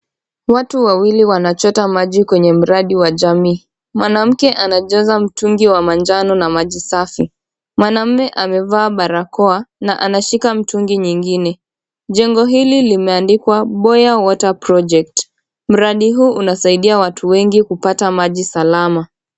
Watu wawili wanachota maji kwenye mradi wa jamii. Mwanamke anajaza mtungi wa manjano na maji safi. Mwanaume amevaa barakoa na anashika mtungi nyingine. Jengo hili limeandikwa Boya Water Project . Mradi huu unasaidia watu wengi kupata maji salama.